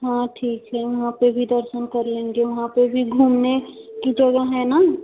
हाँ ठीक है वहाँ पर भी दर्शन कर लेंगे वहाँ पर भी घूमने की जगह है ना